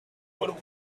would